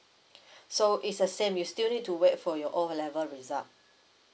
so is the same you still need to wait for your O level results